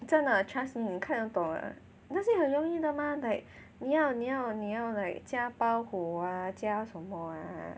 真的 trust 你看得懂的那些很容易的 mah like 你要你要 like 加包裹 ah 加什么 ah